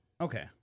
Okay